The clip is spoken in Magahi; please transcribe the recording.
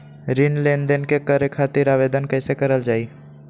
ऋण लेनदेन करे खातीर आवेदन कइसे करल जाई?